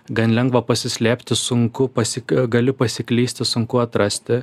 gan lengva pasislėpti sunku pasik gali pasiklysti sunku atrasti